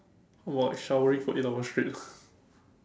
how about showering for eight hour straight